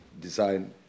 design